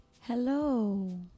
Hello